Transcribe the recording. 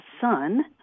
son